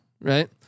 right